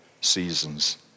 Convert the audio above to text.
seasons